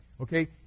Okay